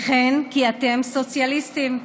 וכן, כי אתם סוציאליסטים,